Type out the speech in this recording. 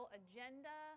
agenda